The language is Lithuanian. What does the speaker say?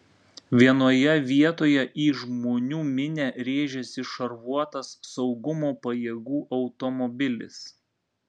vienoje vietoje į žmonių minią rėžėsi šarvuotas saugumo pajėgų automobilis